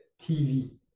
TV